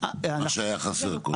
מה שהיה חסר קודם.